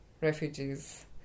refugees